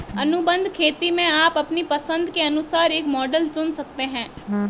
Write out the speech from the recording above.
अनुबंध खेती में आप अपनी पसंद के अनुसार एक मॉडल चुन सकते हैं